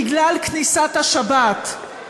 בגלל כניסת השבת,